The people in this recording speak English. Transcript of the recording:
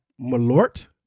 malort